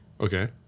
Okay